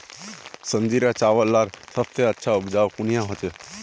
संजीरा चावल लार सबसे अच्छा उपजाऊ कुनियाँ होचए?